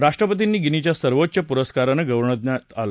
राष्ट्रपतींना गिनीच्या सर्वोच्च पुरस्कारानं गौरवण्यात आलं